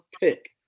pick